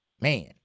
man